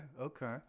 okay